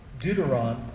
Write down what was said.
Deuteron